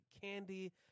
candy